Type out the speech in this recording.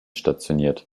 stationiert